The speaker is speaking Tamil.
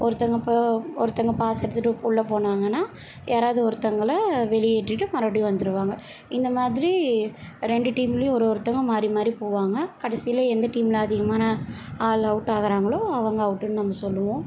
ஒருத்தங்க ஒருத்தங்க பாஸ் எடுத்துவிட்டு உள்ளே போனாங்கன்னா யாராவது ஒருத்தங்கள வெளியேற்றிவிட்டு மறுபடி வந்துடுவங்க இந்த மாதிரி ரெண்டு டீம்லேயும் ஒரு ஒருத்தங்க மாறி மாறி போவாங்க கடைசியில் எந்த டீமில் அதிகமான ஆள் அவுட்டு ஆகுறாங்களோ அவங்க அவுட்டுன்னு நம்ம சொல்வோம்